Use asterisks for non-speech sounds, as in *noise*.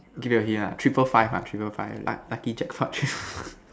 give you a hint ah triple five ah triple five luck lucky jackpot *laughs*